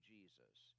Jesus